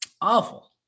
Awful